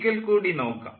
ഒരിക്കൽ കൂടി നോക്കാം